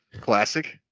classic